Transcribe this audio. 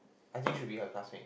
I think should be her classmate